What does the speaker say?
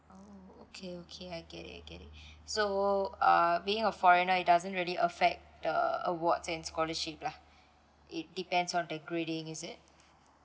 okay okay I get it I get it so uh being a foreigner it doesn't really affect the awards and scholarship lah it depends on the grading is it